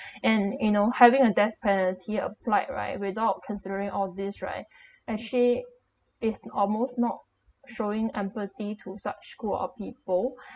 and you know having a death penalty applied right without considering all this right actually is almost not showing empathy to such group of people